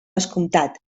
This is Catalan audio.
vescomtat